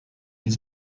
his